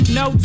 no